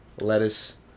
lettuce